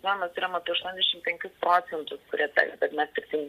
na mes turėjom apie aštuondešim penkis procentus kurie sakė kad mes tiktai